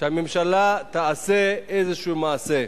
שהממשלה תעשה איזה מעשה.